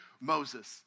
Moses